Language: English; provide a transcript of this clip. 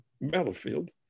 battlefield